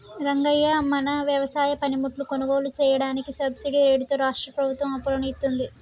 రంగయ్య మన వ్యవసాయ పనిముట్లు కొనుగోలు సెయ్యదానికి సబ్బిడి రేట్లతో రాష్ట్రా ప్రభుత్వం అప్పులను ఇత్తుంది